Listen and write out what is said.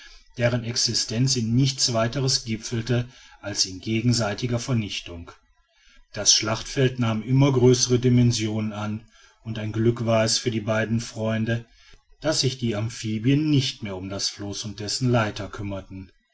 deren existenz in nichts weiter gipfelte als in gegenseitiger vernichtung das schlachtfeld nahm immer größere dimensionen an und ein glück war es für die beiden freunde daß sich die amphibien nicht mehr um das floß und dessen leiter kümmerten